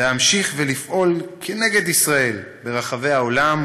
להמשיך לפעול נגד ישראל ברחבי העולם,